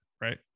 right